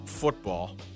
Football